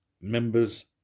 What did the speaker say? members